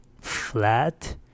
flat